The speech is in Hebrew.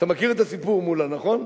אתה מכיר את הסיפור, מולה, נכון?